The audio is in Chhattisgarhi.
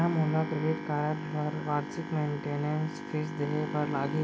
का मोला क्रेडिट कारड बर वार्षिक मेंटेनेंस फीस देहे बर लागही?